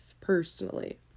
personally